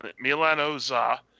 Milano-Za